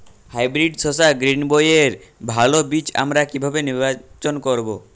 Hybrid শসা গ্রীনবইয়ের ভালো বীজ আমরা কিভাবে নির্বাচন করব?